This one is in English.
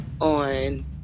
on